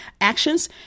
actions